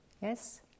Yes